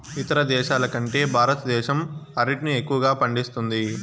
ఇతర దేశాల కంటే భారతదేశం అరటిని ఎక్కువగా పండిస్తుంది